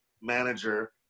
manager